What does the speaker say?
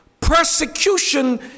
Persecution